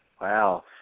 Wow